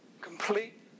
complete